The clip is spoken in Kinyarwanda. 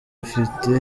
afite